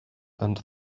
and